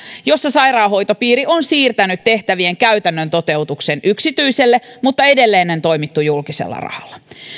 joissa sairaanhoitopiiri on siirtänyt tehtävien käytännön toteutuksen yksityiselle mutta edelleen on toimittu julkisella rahalla